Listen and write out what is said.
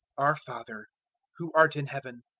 our father who art in heaven,